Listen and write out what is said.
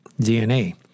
DNA